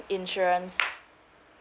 insurance